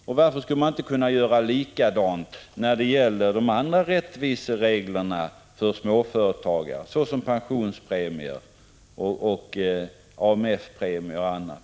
Och varför skall man inte kunna göra likadant när det gäller de andra rättvisereglerna för småföretagare som beträffande pensionspremier, AMF-premier och annat?